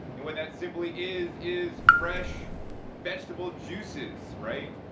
and what that simply is is fresh vegetable juices, right?